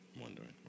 wondering